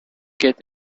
get